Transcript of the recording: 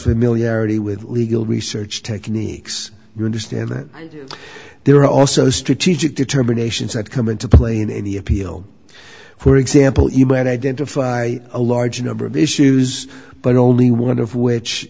familiarity with legal research techniques you understand that there are also strategic determinations that come into play in any appeal for example you might identify a large number of issues but only one of which